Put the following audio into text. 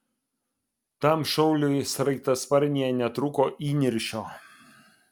tam šauliui sraigtasparnyje netrūko įniršio